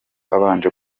abanje